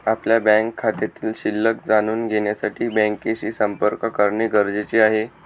आपल्या बँक खात्यातील शिल्लक जाणून घेण्यासाठी बँकेशी संपर्क करणे गरजेचे आहे